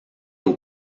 aux